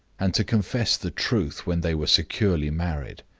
and to confess the truth when they were securely married.